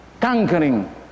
Conquering